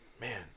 Man